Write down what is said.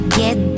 get